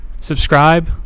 Subscribe